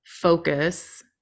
focus